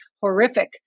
horrific